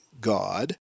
God